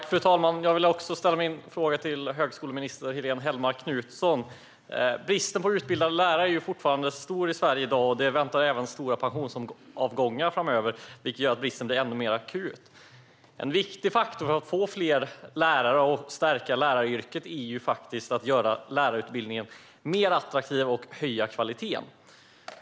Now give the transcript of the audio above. Fru talman! Också jag vill ställa en fråga till högskoleminister Helene Hellmark Knutsson. Bristen på utbildade lärare är ju fortfarande stor i Sverige i dag. Det väntar även stora pensionsavgångar framöver, vilket gör att bristen blir ännu mer akut. En viktig faktor för att få fler lärare och stärka läraryrket är att göra lärarutbildningen mer attraktiv och höja kvaliteten.